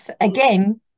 again